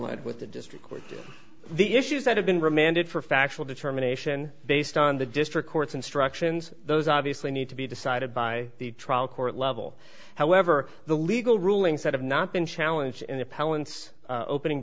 line with the district court the issues that have been remanded for a factual determination based on the district court's instructions those obviously need to be decided by the trial court level however the legal rulings that have not been challenged and the poets opening